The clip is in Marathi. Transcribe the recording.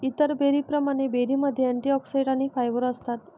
इतर बेरींप्रमाणे, बेरीमध्ये अँटिऑक्सिडंट्स आणि फायबर असतात